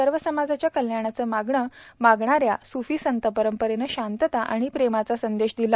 सर्व समाजाच्या कल्याणाचे मागणे मागणाऱ्या सुफी संतपरंपरेने शांतता आणि प्रेमाचा संदेश दिला